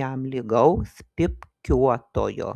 jam lygaus pypkiuotojo